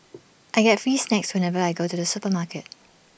I get free snacks whenever I go to the supermarket